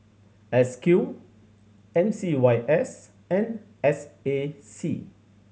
S Q M C Y S and S A C